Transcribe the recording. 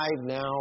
Now